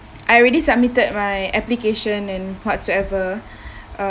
I already submitted my application and whatsoever